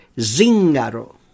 Zingaro